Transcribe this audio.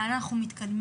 לאן אנחנו מתקדמים,